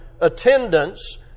attendance